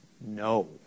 no